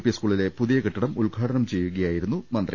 P സ്കൂളിലെ പുതിയ കെട്ടിടം ഉദ്ഘാടനം ചെയ്യുകയായിരുന്നു മന്ത്രി